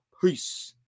Peace